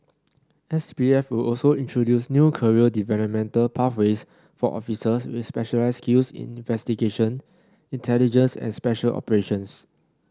S P F will also introduce new career developmental pathways for officers with specialised skills in investigation intelligence and special operations